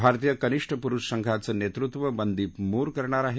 भारतीय कनिष्ठ पुरुष संघाचं नेतृत्व मनदीप मोर करणार आहे